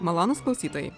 malonūs klausytojai